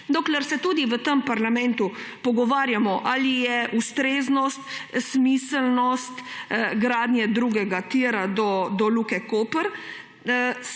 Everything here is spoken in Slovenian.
dokler se tudi v tem parlamentu pogovarjamo, ali je ustrezna, smiselna gradnja drugega tira do Luke Koper,